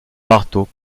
marteau